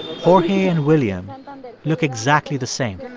jorge and william look exactly the same.